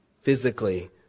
physically